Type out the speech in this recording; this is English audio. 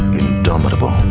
indomitable.